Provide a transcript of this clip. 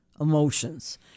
emotions